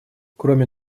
кроме